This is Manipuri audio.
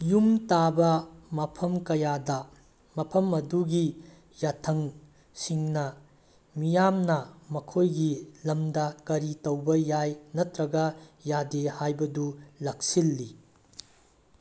ꯌꯨꯝ ꯇꯥꯕ ꯃꯐꯝ ꯀꯌꯥꯗ ꯃꯐꯝ ꯑꯗꯨꯒꯤ ꯌꯥꯊꯪꯁꯤꯡꯅ ꯃꯤꯌꯥꯝꯅ ꯃꯈꯣꯏꯒꯤ ꯂꯝꯗ ꯀꯔꯤ ꯇꯧꯕ ꯌꯥꯏ ꯅꯠꯇ꯭ꯔꯒ ꯌꯥꯗꯦ ꯍꯥꯏꯕꯗꯨ ꯂꯥꯛꯁꯤꯜꯂꯤ